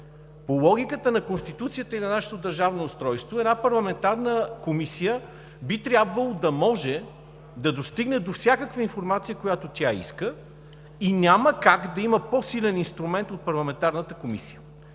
По логиката на Конституцията и на нашето държавно устройство една парламентарна комисия би трябвало да може да достигне до всякаква информация, която тя иска, и няма как да има по-силен инструмент от парламентарната комисия.